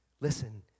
listen